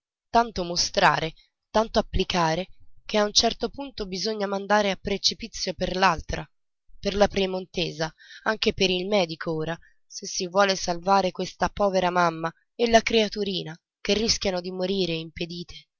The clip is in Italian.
tanto mostrare tanto applicare che a un certo punto bisogna mandare a precipizio per l'altra per la piemontesa e anche per il medico ora se si vuol salvare questa povera mamma e la creaturina che rischiano di morire impedite